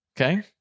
Okay